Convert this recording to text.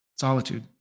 solitude